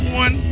one